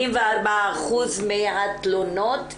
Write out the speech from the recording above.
84% מהתלונות נסגרות,